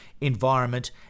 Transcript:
environment